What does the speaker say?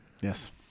Yes